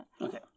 Okay